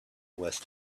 worth